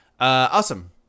awesome